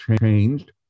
changed